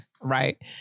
Right